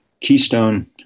Keystone